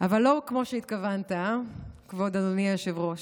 אבל לא כמו שהתכוונת, כבוד אדוני היושב-ראש.